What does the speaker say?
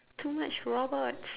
too much robots